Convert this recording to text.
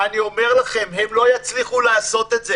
ואני אומר לכם, הם לא יצליחו לעשות את זה.